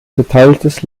geteiltes